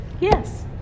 Yes